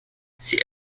sie